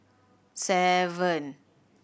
seven